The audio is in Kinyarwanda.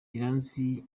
iranzi